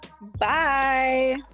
Bye